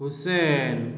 Hussain